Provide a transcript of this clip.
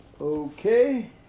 okay